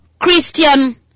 Christian